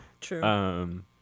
true